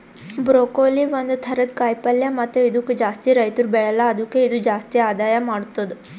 broccoli ಒಂದ್ ಥರದ ಕಾಯಿ ಪಲ್ಯ ಮತ್ತ ಇದುಕ್ ಜಾಸ್ತಿ ರೈತುರ್ ಬೆಳೆಲ್ಲಾ ಆದುಕೆ ಇದು ಜಾಸ್ತಿ ಆದಾಯ ಮಾಡತ್ತುದ